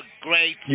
great